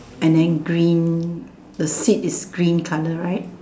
and then green the seat is green colour right